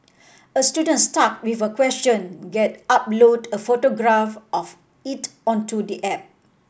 a student stuck with a question get upload a photograph of it onto the app